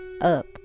up